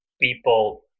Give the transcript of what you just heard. people